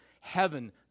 heaven